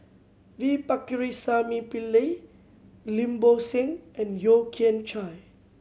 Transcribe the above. V Pakirisamy Pillai Lim Bo Seng and Yeo Kian Chye